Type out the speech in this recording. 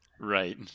Right